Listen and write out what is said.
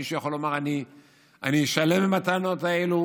מישהו יכול לומר שהוא שלם עם הטענות האלו